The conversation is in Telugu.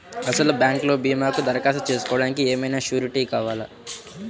అసలు బ్యాంక్లో భీమాకు దరఖాస్తు చేసుకోవడానికి ఏమయినా సూరీటీ కావాలా?